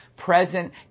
Present